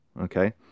Okay